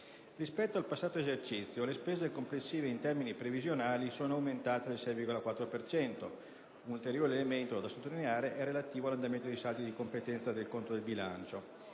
Rispetto al passato esercizio, le spese complessive in termini previsionali sono aumentate del 6,4 per cento. Un ulteriore elemento da sottolineare è relativo all'andamento dei saldi di competenza del conto del bilancio.